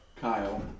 Kyle